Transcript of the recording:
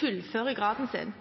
fullfører graden sin.